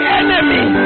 enemy